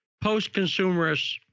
post-consumerist